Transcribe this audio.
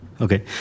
Okay